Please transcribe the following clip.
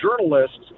journalists